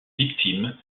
victimes